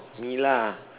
oh Milla ah